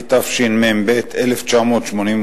התשמ"ב 1981,